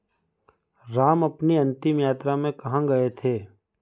राम अपनी अंतिम यात्रा में कहाँ गए थे